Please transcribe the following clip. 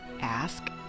ask